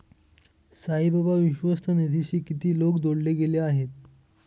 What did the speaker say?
साईबाबा विश्वस्त निधीशी किती लोक जोडले गेले आहेत?